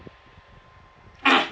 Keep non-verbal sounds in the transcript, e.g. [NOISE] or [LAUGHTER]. [NOISE]